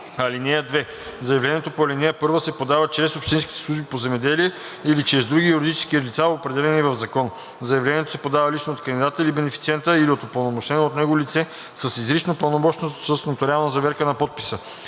подпис. (2) Заявлението по ал. 1 се подава чрез общинските служби по земеделие или чрез други юридически лица, определени в закон. Заявлението се подава лично от кандидата или бенефициента или от упълномощено от него лице с изрично пълномощно с нотариална заверка на подписа.